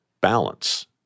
balance